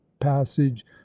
passage